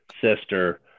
Sister